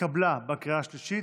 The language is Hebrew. התשפ"ב 2022,